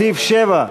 בסעיף 7,